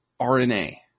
RNA